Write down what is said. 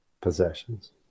possessions